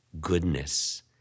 goodness